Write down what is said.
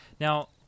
Now